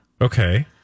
Okay